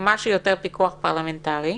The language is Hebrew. מה שיותר פיקוח פרלמנטרי,